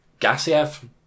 Gassiev